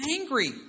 angry